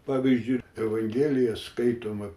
pavyzdžiui evangelija skaitoma